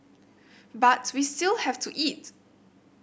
but we still have to eat